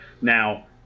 Now